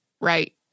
right